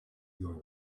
your